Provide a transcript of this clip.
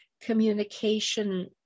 communication